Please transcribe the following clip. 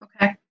Okay